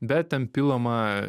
bet ten pilama